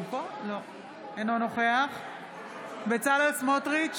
אינו נוכח בצלאל סמוטריץ'